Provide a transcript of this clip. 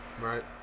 Right